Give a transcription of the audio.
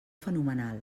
fenomenal